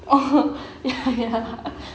oh ya ya